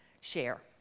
share